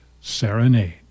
Serenade